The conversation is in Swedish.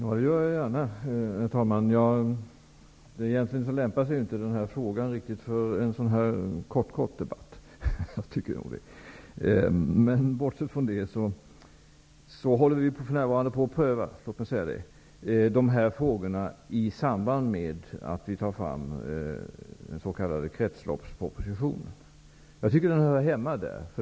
Herr talman! Jag vill gärna utveckla mina synpunkter. Egentligen lämpar sig inte denna fråga för en debatt av detta slag, med så korta inlägg. Vi håller för närvarande på att pröva dessa frågor i samband med att vi tar fram den s.k. kretsloppspropositionen. Jag tycker att frågan hör hemma där.